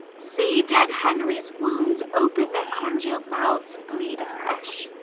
see! dead henry's wounds open their congeal'd mouths and bleed afresh!